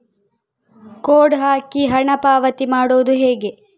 Code ಹಾಕಿ ಹಣ ಪಾವತಿ ಮಾಡೋದು ಹೇಗೆ?